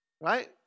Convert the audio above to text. right